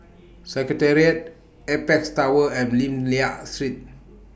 Secretariat Apex Tower and Lim Liak Street